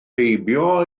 heibio